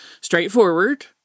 straightforward